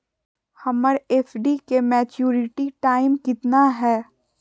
हमर एफ.डी के maturity time कितना है?